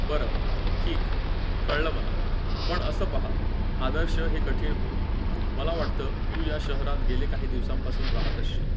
बरं ठीक कळलं मला पण असं पहा आदर्श हे कठीण होईल मला वाटतं तू या शहरात गेले काही दिवसांपासून राहत असशील